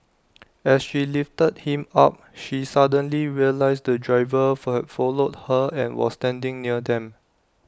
as she lifted him up she suddenly realised the driver for followed her and was standing near them